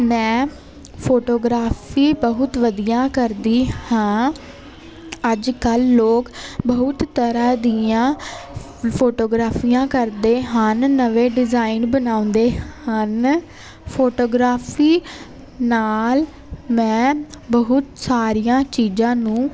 ਮੈਂ ਫੋਟੋਗ੍ਰਾਫੀ ਬਹੁਤ ਵਧੀਆ ਕਰਦੀ ਹਾਂ ਅੱਜ ਕੱਲ੍ਹ ਲੋਕ ਬਹੁਤ ਤਰ੍ਹਾਂ ਦੀਆਂ ਫੋ ਫੋਟੋਗ੍ਰਾਫੀਆਂ ਕਰਦੇ ਹਨ ਨਵੇਂ ਡਿਜ਼ਾਇਨ ਬਣਾਉਂਦੇ ਹਨ ਫੋਟੋਗ੍ਰਾਫੀ ਨਾਲ ਮੈਂ ਬਹੁਤ ਸਾਰੀਆਂ ਚੀਜ਼ਾਂ ਨੂੰ